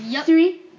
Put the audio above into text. Three